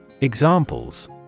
Examples